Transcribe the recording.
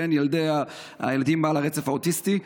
הילדים על הרצף האוטיסטי,